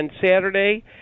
Saturday